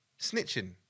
snitching